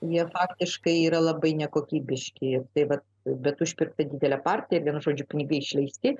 jie faktiškai yra labai nekokybiški tai vat bet užpirkta didelė partijavienu žodžiu pinigai išleisti